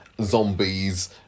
zombies